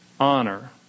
honor